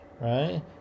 Right